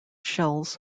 shells